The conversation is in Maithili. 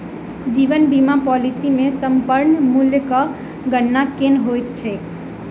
जीवन बीमा पॉलिसी मे समर्पण मूल्यक गणना केना होइत छैक?